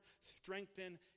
strengthen